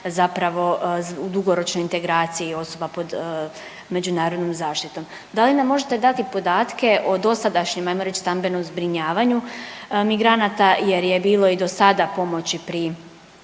zapravo u dugoročnoj integraciji osoba pod međunarodnom zaštitom. Da li nam možete dati podatke o dosadašnjem ajmo reći stambenom zbrinjavanju migranata jer je bilo i dosada pomoći pri